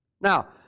Now